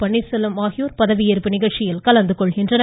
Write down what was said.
பன்னீர்செல்வம் ஆகியோர் பதவியேற்பு நிகழ்ச்சியில் கலந்து கொள்கின்றனர்